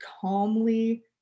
calmly